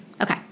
Okay